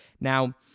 Now